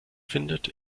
findet